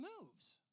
moves